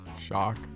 shock